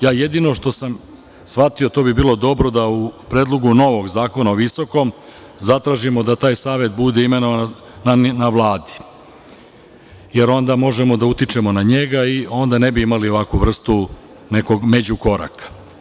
Jedino što sam shvatio to bi bilo dobro da u predlogu novog zakona o visokom zatražimo da taj savet bude imenovan na Vladi, jer onda možemo da utičemo na njega i onda ne bismo imali ovakvu vrstu nekog međukoraka.